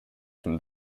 from